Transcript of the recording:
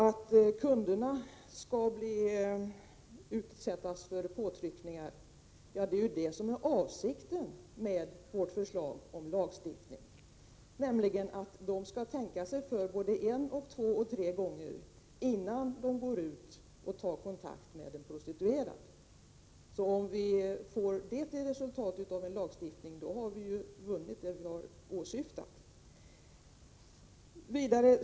Att kunderna skulle utsättas för påtryckningar är ju avsikten med vårt förslag om lagstiftning, nämligen att de skall tänka sig för både en och två och tre gånger innan de går ut och tar kontakt med en prostituerad. Om det blir resultatet av en lagstiftning har vi vunnit det vi åsyftat.